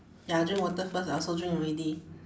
ya drink water first I also drink already